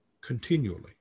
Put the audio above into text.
continually